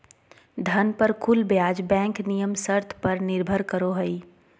धन पर कुल ब्याज बैंक नियम शर्त पर निर्भर करो हइ